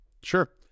Sure